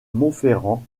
montferrand